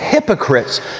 hypocrites